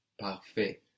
parfait